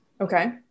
Okay